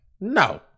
no